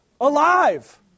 alive